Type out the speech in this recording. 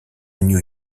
new